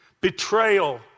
betrayal